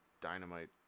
dynamite